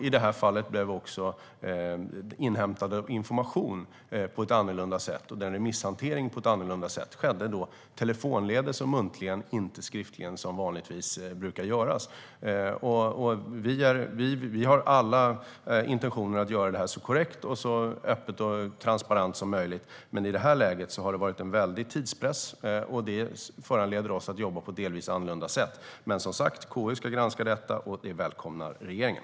I det här fallet blev också inhämtandet av information och remisshanteringen annorlunda. Det skedde telefonledes och muntligen, inte skriftligen som är det vanliga. Vi har alla intentionen att göra detta arbete så korrekt, öppet och transparent som möjligt. Men i det här läget har det varit en stor tidspress, och det har föranlett oss att jobba på ett delvis annorlunda sätt. KU ska granska detta, och det välkomnar regeringen.